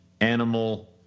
animal